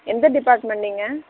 எந்த டிபார்ட்மெண்ட் நீங்கள்